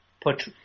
put